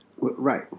Right